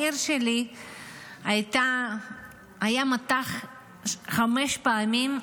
בעיר שלי היה מטח חמש פעמים,